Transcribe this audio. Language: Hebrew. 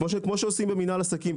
כפי שעושים במינהל עסקים,